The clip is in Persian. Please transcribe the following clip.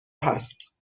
هست